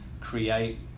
create